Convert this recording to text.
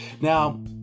now